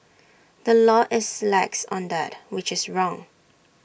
the law is lax on that which is wrong